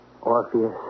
Orpheus